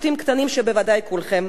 שבוודאי כולכם מכירים: